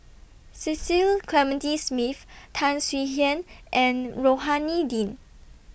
Cecil Clementi Smith Tan Swie Hian and Rohani Din